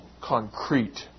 concrete